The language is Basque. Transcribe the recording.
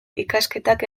ikasketak